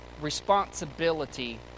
responsibility